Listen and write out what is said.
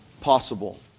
possible